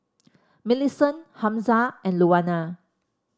Millicent Hamza and Louanna